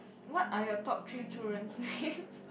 what are your top three children's names